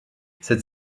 cette